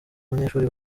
abanyeshuri